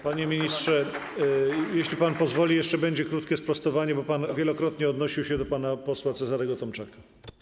Panie ministrze, jeśli pan pozwoli, jeszcze będzie krótkie sprostowanie, bo pan wielokrotnie odnosił się do pana posła Cezarego Tomczyka.